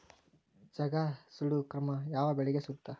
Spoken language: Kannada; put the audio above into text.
ಜಗಾ ಸುಡು ಕ್ರಮ ಯಾವ ಬೆಳಿಗೆ ಸೂಕ್ತ?